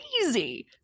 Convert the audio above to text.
crazy